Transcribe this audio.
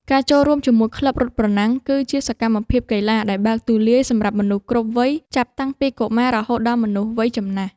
ការចូលរួមជាមួយក្លឹបរត់ប្រណាំង គឺជាសកម្មភាពកីឡាដែលបើកទូលាយសម្រាប់មនុស្សគ្រប់វ័យចាប់តាំងពីកុមាររហូតដល់មនុស្សវ័យចំណាស់។